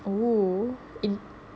oh in